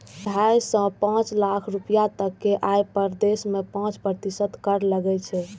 ढाइ सं पांच लाख रुपैया तक के आय पर देश मे पांच प्रतिशत कर लागै छै